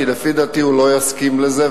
כי לפי דעתי הוא לא יסכים לזה,